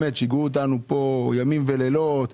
שיגעו אותנו פה ימים ולילות.